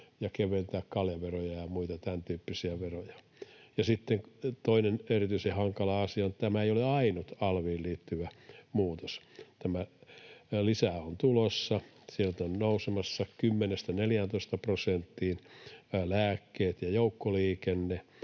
ja keventää kaljaveroja ja muita tämäntyyppisiä veroja. Sitten toinen erityisen hankala asia on, että tämä ei ole ainut alviin liittyvä muutos, vaan lisää on tulossa: sieltä ovat nousemassa kymmenestä 14 prosenttiin lääkkeet ja joukkoliikenne,